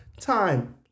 time